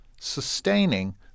sustaining